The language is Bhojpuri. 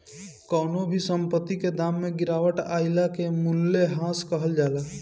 कवनो भी संपत्ति के दाम में गिरावट आइला के मूल्यह्रास कहल जाला